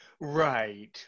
Right